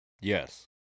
Yes